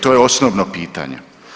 To je osnovno pitanje.